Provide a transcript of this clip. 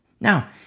Now